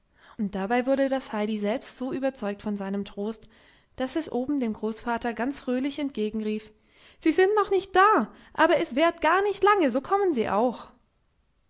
und dabei wurde das heidi selbst so überzeugt von seinem trost daß es oben dem großvater ganz fröhlich entgegenrief sie sind noch nicht da aber es währt gar nicht lange so kommen sie auch